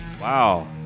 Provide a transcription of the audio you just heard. wow